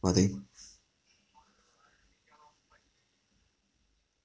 one thing